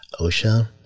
OSHA